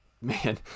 man